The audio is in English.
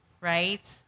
right